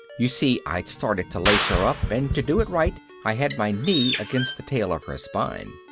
you see, i'd started to lace her up and to do it right i had my knee against the tail of her spine.